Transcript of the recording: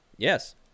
yes